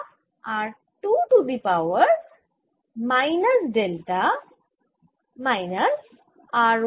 আমরা যা দেখেছি তা হল ক্ষেত্র যদি r to the power 2 minus ডেল্টার সমানুপাতিক হয় অতিরক্ত আধান গুলি পৃষ্ঠের ওপরে চলে আসে ও আর আধান টানে